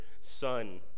son